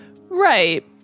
Right